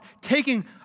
taking